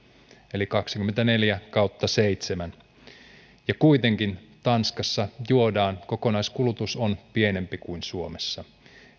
eli kaksikymmentäneljä kautta seitsemännen kuitenkin tanskassa kokonaiskulutus on pienempi kuin suomessa